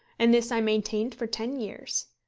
and this i maintained for ten years.